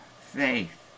faith